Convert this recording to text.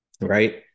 right